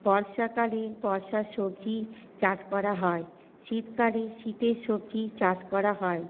বর্ষাকালে বর্ষার সবজি চাষ করা হয় শীতকালে শীতের সবজি চাষ করা হয়